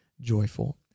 joyful